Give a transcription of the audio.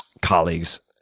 colleagues,